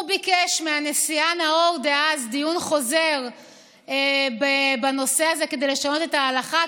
הוא ביקש מהנשיאה דאז נאור דיון חוזר בנושא הזה כדי לשנות את ההלכה,